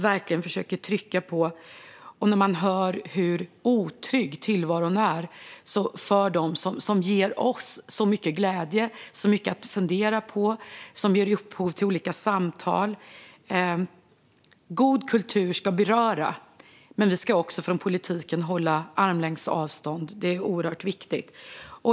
Man får ofta höra hur otrygg tillvaron är för dem som ger oss så mycket glädje och så mycket att fundera på och som ger upphov till olika samtal. God kultur ska beröra. Men vi från politiken ska hålla armlängds avstånd. Det är oerhört viktigt.